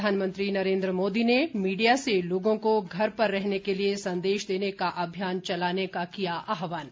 प्रधानमंत्री नरेन्द्र मोदी ने मीडिया से लोगों को घर पर रहने के लिए संदेश देने का अभियान चलाने का किया आहवान